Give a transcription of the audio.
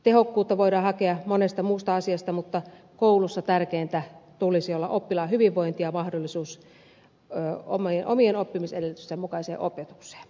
tehokkuutta voidaan hakea monesta muusta asiasta mutta koulussa tärkeintä tulisi olla oppilaan hyvinvoinnin ja mahdollisuuden omien oppimisedellytysten mukaiseen opetukseen